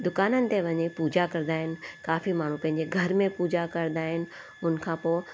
दुकाननि ते वञी पूजा कंदा आहिनि काफ़ी माण्हू पंहिंजे घर में पूजा कंदा आहिनि हुनखां पोइ